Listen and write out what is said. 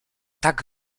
tak